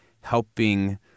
helping